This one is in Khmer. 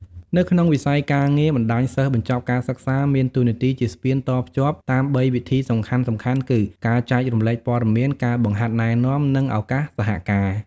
នៅក្នុងវិស័យការងារ បណ្តាញសិស្សបញ្ចប់ការសិក្សាមានតួនាទីជាស្ពានតភ្ជាប់តាមបីវិធីសំខាន់ៗគឺ ការចែករំលែកព័ត៌មាន ការបង្ហាត់ណែនាំ និងឱកាសសហការ។